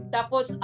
Tapos